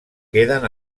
queden